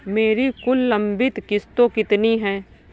मेरी कुल लंबित किश्तों कितनी हैं?